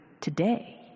today